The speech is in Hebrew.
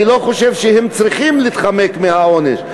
אני לא חושב שהם צריכים להתחמק מהעונש,